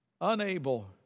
Unable